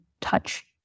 touch